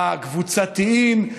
הקבוצתיים,